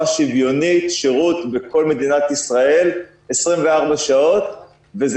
שוויונית שירות בכל מדינת ישראל 24 שעות ביממה.